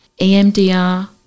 EMDR